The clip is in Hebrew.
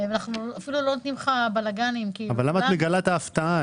אנחנו אפילו לא נותנים לך בלגנים --- אבל למה את מגלה את ההפתעה,